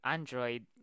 Android